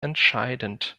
entscheidend